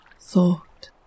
thought